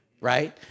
Right